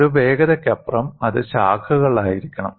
ഒരു വേഗതയ്ക്കപ്പുറം അത് ശാഖകളായിരിക്കണം